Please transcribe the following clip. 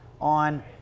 on